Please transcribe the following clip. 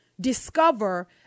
Discover